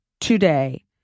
today